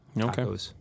Okay